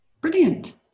Brilliant